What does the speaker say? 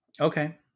Okay